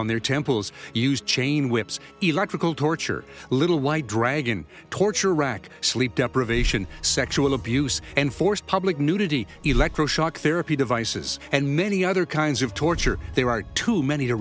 on their temples use chain whips electrical torture little white dragon torture rack sleep deprivation sexual abuse and forced public nudity electroshock therapy devices and many other kinds of torture there are too many